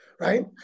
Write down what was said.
right